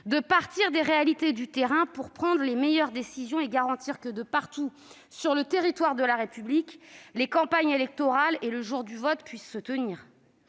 de partir des réalités du terrain, pour prendre les meilleures décisions et garantir que, partout sur le territoire de la République, les campagnes électorales et les élections puissent se tenir.